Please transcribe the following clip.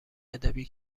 ادبی